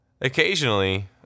Occasionally